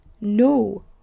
no